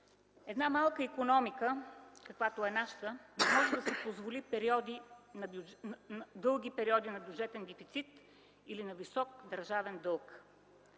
Една малка икономика, каквато е нашата, не може да си позволи дълги периоди на бюджетен дефицит или на висок държавен дълг.